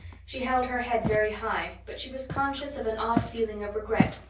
she held her head very high, but she was conscious of an odd feeling of regret.